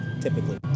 typically